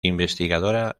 investigadora